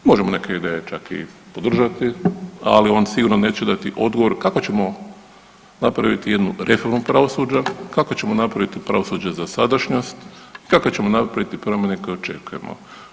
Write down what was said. Možemo neke ideje čak i podržati, ali on sigurno neće dati odgovor kako ćemo napraviti jednu reformu pravosuđa, kako ćemo napraviti pravosuđe za sadašnjost, kako ćemo napraviti prema onom koje očekujemo.